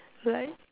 hurt